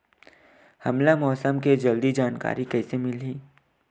हमला मौसम के जल्दी जानकारी कइसे मिलही?